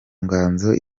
nganzo